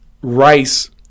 rice